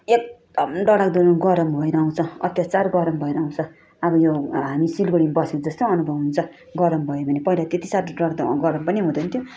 एकदम डरलाग्दो गरम भएर आउँछ अत्यचार गरम भएर आउँछ अब यो हामी सिलगढी बसेकै जस्तै अनुभव हुन्छ गरम भयो भने पहिला त्यति सारो डरलाग्दो गरम पनि हुदैँन थियो